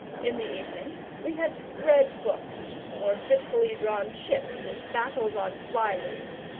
in the evening we had read books, or fitfully drawn ships and battles on fly-leaves,